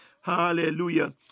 Hallelujah